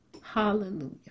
Hallelujah